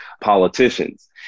politicians